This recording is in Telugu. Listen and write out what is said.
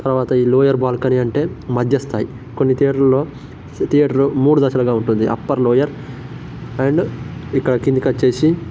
తర్వాత ఈ లోయర్ బాల్కని అంటే మధ్యస్థాయి కొన్ని థియేటర్లో థియేటరు మూడు దశలుగా ఉంటుంది అప్పర్ లోయర్ అండ్ ఇక్కడ కిందికొచ్చేసి